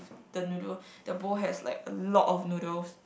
the noodle the bowl has like a lot of noodles